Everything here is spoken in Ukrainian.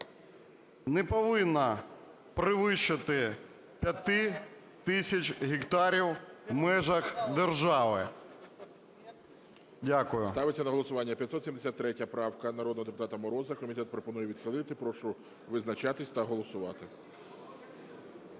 Не повинна перевищити 5 тисяч гектарів в межах держави. Дякую. ГОЛОВУЮЧИЙ. Ставиться на голосування 573 правка народного депутата Мороза. Комітет пропонує відхилити. Прошу визначатись та голосувати.